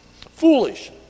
foolish